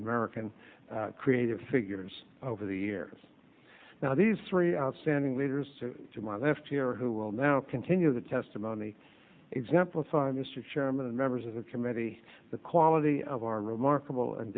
american creative figures over the years now these three outstanding leaders to my left here who will now continue the testimony exemplify mr chairman and members of the committee the quality of our remarkable and